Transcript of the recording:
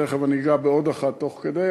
תכף אני אגע בעוד אחת תוך כדי,